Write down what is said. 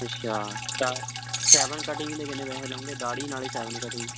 ਅੱਛਾ ਤਾਂ shaving cutting ਦੇ ਕਿੰਨੇ ਪੈਸੇ ਲਉਂਗੇ ਦਾੜ੍ਹੀ ਨਾਲੇ ਸੈਵਨ ਕਟਿੰਗ